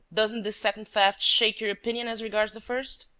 doesn't this second theft shake your opinion as regards the first?